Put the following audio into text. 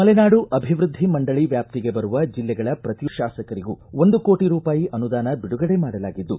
ಮಲೆನಾಡು ಅಭಿವೃದ್ಧಿ ಮಂಡಳಿ ವ್ಯಾಪ್ತಿಗೆ ಬರುವ ಜಿಲ್ಲೆಗಳ ಪ್ರತಿಯೊಬ್ಬ ಶಾಸಕರಿಗೂ ಒಂದು ಕೋಟ ರೂಪಾಯಿ ಅನುದಾನ ಬಿಡುಗಡೆ ಮಾಡಲಾಗಿದ್ದು